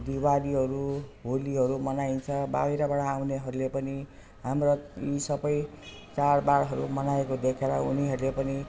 दिवालीहरू होलीहरू मनाइन्छ बाहिरबाट आउनेहरूले पनि हाम्रा यी सबै चाडबाडहरू मनाएको देखेर उनीहरूले पनि